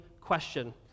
question